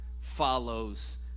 follows